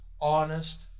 Honest